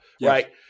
right